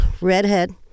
redhead